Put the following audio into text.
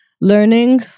learning